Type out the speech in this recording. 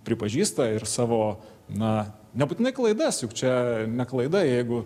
pripažįsta ir savo na nebūtinai klaidas juk čia ne klaida jeigu